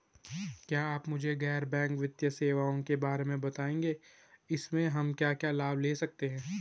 क्या आप मुझे गैर बैंक वित्तीय सेवाओं के बारे में बताएँगे इसमें हम क्या क्या लाभ ले सकते हैं?